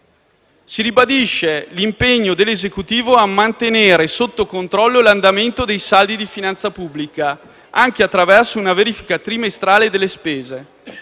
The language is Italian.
Si ribadisce l'impegno dell'Esecutivo a mantenere sotto controllo l'andamento dei saldi di finanza pubblica, anche attraverso una verifica trimestrale delle spese.